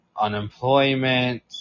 unemployment